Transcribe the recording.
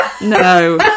No